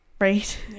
Right